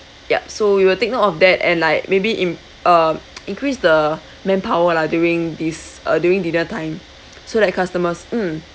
yup so we will take note of that and like maybe in uh increase the manpower lah during this uh during dinner time so that customers mm